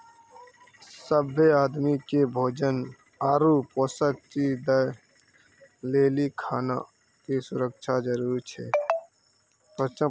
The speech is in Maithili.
सभ्भे आदमी के भोजन आरु पोषक चीज दय लेली खाना के सुरक्षा जरूरी छै